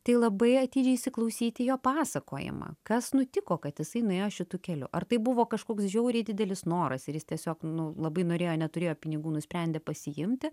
tai labai atidžiai įsiklausyt į jo pasakojimą kas nutiko kad jisai nuėjo šitu keliu ar tai buvo kažkoks žiauriai didelis noras ir jis tiesiog nu labai norėjo neturėjo pinigų nusprendė pasiimti